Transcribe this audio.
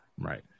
Right